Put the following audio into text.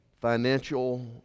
financial